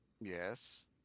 Yes